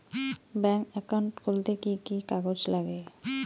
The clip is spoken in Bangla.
ব্যাঙ্ক একাউন্ট খুলতে কি কি কাগজ লাগে?